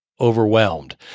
overwhelmed